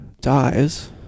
dies